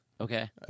Okay